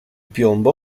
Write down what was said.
piombo